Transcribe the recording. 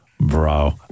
bro